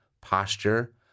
posture